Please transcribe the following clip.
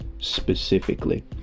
specifically